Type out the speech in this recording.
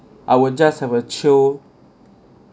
I will just have a chill